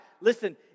Listen